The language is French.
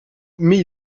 mais